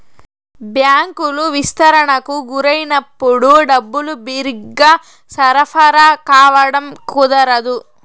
బ్యాంకులు విస్తరణకు గురైనప్పుడు డబ్బులు బిరిగ్గా సరఫరా కావడం కుదరదు